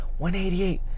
188